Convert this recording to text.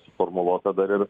suformuluota dar ir